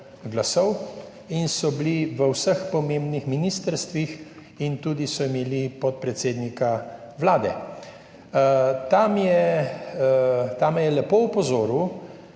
glasov in so bili v vseh pomembnih ministrstvih in so imeli tudi podpredsednika Vlade. Ta me je lepo opozoril,